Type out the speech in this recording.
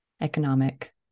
economic